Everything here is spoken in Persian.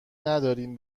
ندارین